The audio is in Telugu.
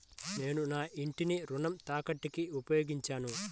నేను నా ఇంటిని రుణ తాకట్టుకి ఉపయోగించాను